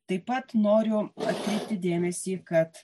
taip pat noriu atkreipti dėmesį kad